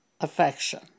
affection